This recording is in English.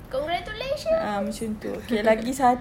congratulations